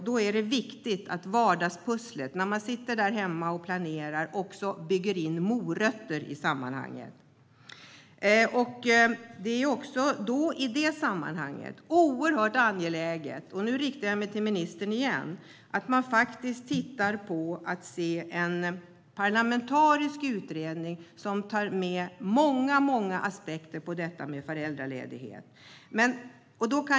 Det är viktigt att vardagspusslet går ihop, när man sitter där hemma och planerar. Det är också viktigt att det byggs in morötter. Det är oerhört angeläget - och nu riktar jag mig till ministern igen - att man tillsätter en parlamentarisk utredning som beaktar många olika aspekter på detta med föräldraledighet.